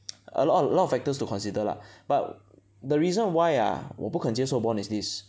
a lot a lot of factors to consider lah but the reason why ah 我不肯接受 bond is this